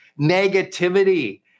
negativity